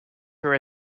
her